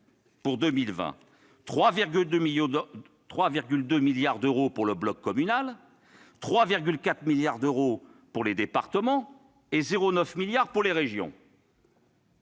pour 2020 : 3,2 milliards d'euros pour le bloc communal, 3,4 milliards d'euros pour les départements et 0,9 milliard d'euros pour les régions.